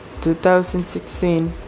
2016